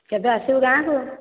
କେବେ ଆସିବୁ ଗାଁକୁ